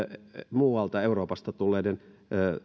muualta euroopasta tulleiden